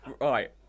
Right